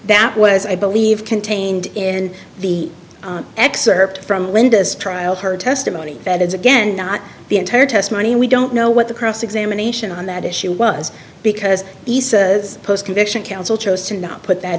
that was i believe contained in the excerpt from linda's trial her testimony that is again not the entire testimony and we don't know what the cross examination on that issue was because he says post conviction counsel chose to not put that